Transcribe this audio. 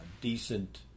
decent